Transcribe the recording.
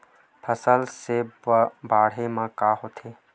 फसल से बाढ़े म का होथे?